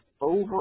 over